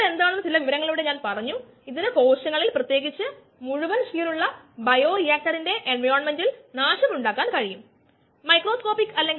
അതായത് ഡാറ്റാ അത് സബ്സ്ട്രേറ്റ് കോൺസെൻട്രേഷനും അതുപോലെ വ്യസ്ത്യസ്ത ടൈം അടിസ്ഥാനമാക്കി ഉള്ളത് അതും ഒരു ബാച്ച് സിസ്റ്റത്തിൽ നിന്നും ഉള്ളത് ലൈൻവീവർ ബുർകെ പ്ലോട്ട് ഉപയോഗിച്ച് ഉള്ളത്